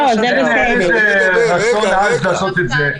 אין איזה רצון עז לעשות את זה.